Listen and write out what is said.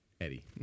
eddie